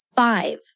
Five